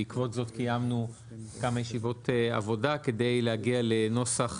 בעקבות זאת קיימנו כמה ישיבות עבודה כדי להגיע לנוסח